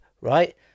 right